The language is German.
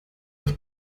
auf